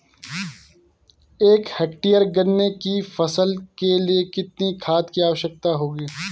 एक हेक्टेयर गन्ने की फसल के लिए कितनी खाद की आवश्यकता होगी?